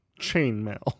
Chainmail